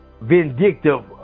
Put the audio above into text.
Vindictive